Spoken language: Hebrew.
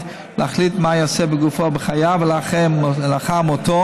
להחליט מה ייעשה בגופו בחייו ולאחר מותו,